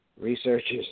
Researchers